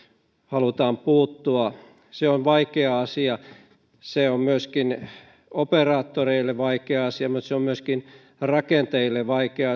halutaan puuttua se on vaikea asia se on myöskin operaattoreille vaikea asia mutta se on myöskin rakentajille vaikea